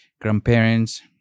grandparents